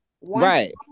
Right